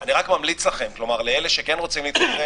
אני רק ממליץ לכם, לאלה שכן רוצים ---,